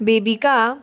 बेबिका